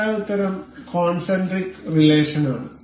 ശരിയായ ഉത്തരം കോൺസെൻട്രിക് റിലേഷനാണ്